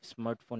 smartphone